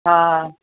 हा